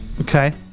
Okay